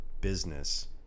business